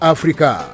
Africa